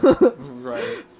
Right